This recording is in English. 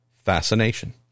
fascination